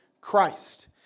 Christ